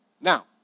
Now